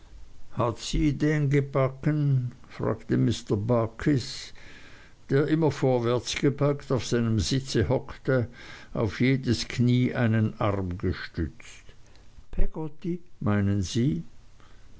hat sie den gebacken fragte mr barkis der immer vorwärts gebeugt auf seinem sitze hockte auf jedes knie einen arm gestützt peggotty meinen sie